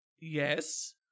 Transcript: yes